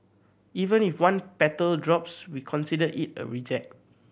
even if one petal drops we consider it a reject